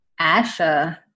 ASHA